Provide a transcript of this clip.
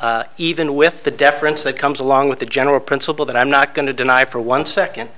that even with the deference that comes along with the general principle that i'm not going to deny for one second